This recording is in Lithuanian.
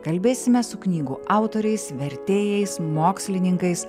kalbėsime su knygų autoriais vertėjais mokslininkais